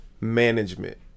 management